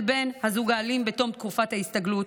בן הזוג האלים בתום תקופת ההסתגלות,